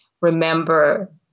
remember